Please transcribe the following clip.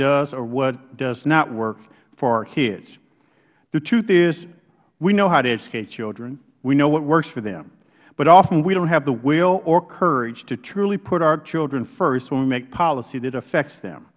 or what does not work for our kids the truth is we know how to educate children we know what works for them but often we don't have the will or courage to truly put our children first when we make policy that affects them